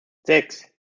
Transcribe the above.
sechs